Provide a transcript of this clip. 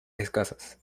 escasas